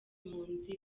impunzi